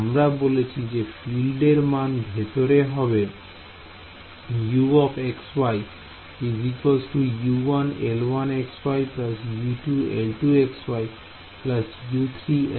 আমরা বলেছি যে ফিল্ডের মান ভেতরে হবে Ux y U1L1x y U2L2x y U3L3x y